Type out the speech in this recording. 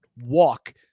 walk